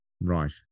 Right